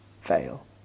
fail